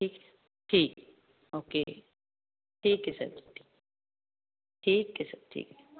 ਠੀਕ ਠੀਕ ਓਕੇ ਠੀਕ ਐ ਸਰ ਠੀਕ ਐ ਸਰ